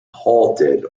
halted